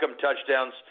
touchdowns